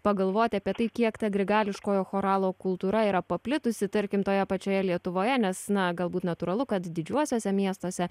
pagalvoti apie tai kiek ta grigališkojo choralo kultūra yra paplitusi tarkim toje pačioje lietuvoje nes na galbūt natūralu kad didžiuosiuose miestuose